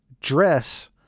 dress